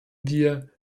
wir